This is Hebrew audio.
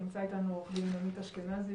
נמצא איתנו עורך דין עמית אשכנזי,